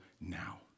now